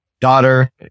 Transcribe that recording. daughter